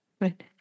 right